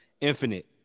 Infinite